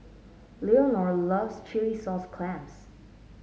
Leonor loves Chilli Sauce Clams